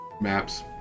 maps